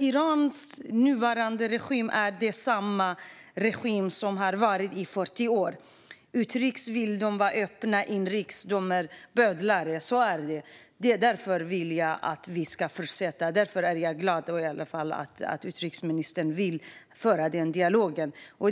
Irans nuvarande regim är samma regim som har varit i 40 år. Utrikes vill de vara öppna; inrikes är de bödlar. Så är det. Därför vill jag att vi ska fortsätta, och därför är jag glad att utrikesministern vill föra denna dialog.